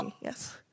Yes